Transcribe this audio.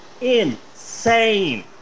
Insane